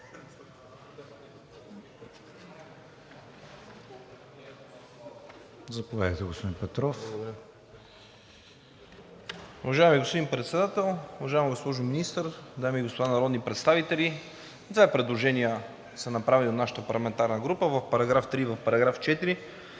Заповядайте, господин Петров.